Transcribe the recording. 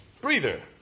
breather